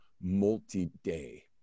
multi-day